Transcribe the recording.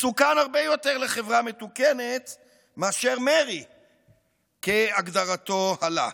מסוכן הרבה יותר לחברה מתוקנת מאשר מרי כהגדרתו הלה.